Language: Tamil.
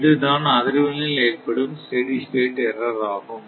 இதுதான் அதிர்வெண்ணில் ஏற்படும் ஸ்டெடி ஸ்டேட் ஏர்ரர் ஆகும்